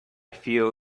feel